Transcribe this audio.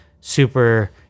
super